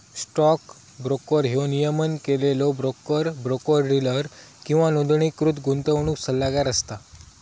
stock broker ह्यो नियमन केलेलो ब्रोकर, ब्रोकर डीलर किंवा नोंदणीकृत गुंतवणूक सल्लागार असता